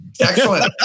Excellent